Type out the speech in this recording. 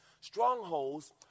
Strongholds